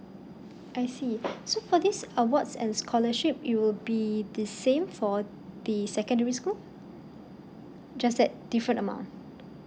I see so for this awards and scholarship it will be the same for the secondary school just that different amount